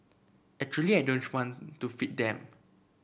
actually I want to feed them